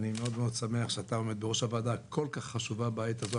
אני מאוד שמח שאתה עומד בראש הוועדה הכול כך חשובה בעת הזו.